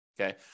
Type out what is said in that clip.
Okay